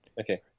Okay